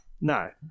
No